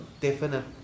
definite